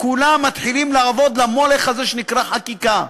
כולם מתחילים לעבוד למולך הזה שנקרא חקיקה.